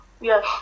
Yes